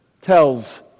tells